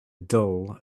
dull